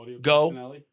go